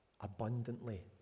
abundantly